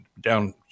down